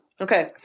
Okay